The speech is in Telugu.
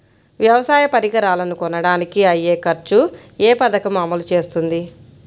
వ్యవసాయ పరికరాలను కొనడానికి అయ్యే ఖర్చు ఏ పదకము అమలు చేస్తుంది?